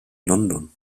london